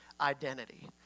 identity